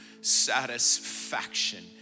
satisfaction